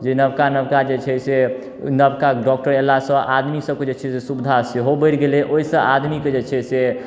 जे नबका नबका जे छै से नबका डॉक्टर अयलासँ आदमी सबके जे छै से सुविधा सेहो बढ़ि गेलै ओइसँ आदमीके जे छै से